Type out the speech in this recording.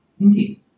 Indeed